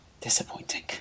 disappointing